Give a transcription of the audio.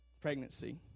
pregnancy